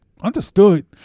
Understood